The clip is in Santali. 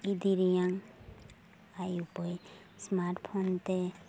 ᱤᱫᱤᱨᱮᱭᱟᱝ ᱟᱭ ᱩᱯᱟᱹᱭ ᱥᱢᱟᱴ ᱯᱷᱳᱱ ᱛᱮ